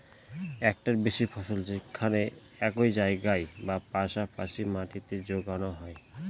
একটার বেশি ফসল যেখানে একই জায়গায় বা পাশা পাশি মাটিতে যোগানো হয়